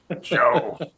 Joe